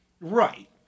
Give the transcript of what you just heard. Right